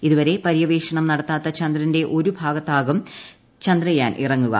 ഇതുവരെ പര്യവേഷണം നടത്താത്ത ചന്ദ്രന്റെ ഒരു ഭാഗത്താകും ചന്ദ്രയാൻ ഇറങ്ങുക